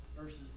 versus